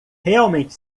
realmente